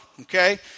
okay